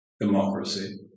democracy